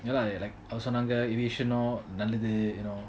you know lah like அவங்க சொன்னாங்க:avanga sonanga aviation யம் நல்லது:yum nalathu you know